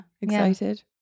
Excited